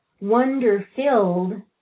wonder-filled